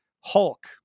Hulk